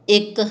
ਇੱਕ